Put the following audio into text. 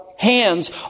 hands